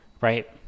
right